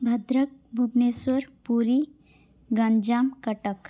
Bhadrak Bhubaneswar Puri Ganjam Cuttack